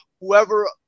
whoever